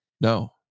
No